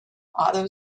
auto